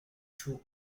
two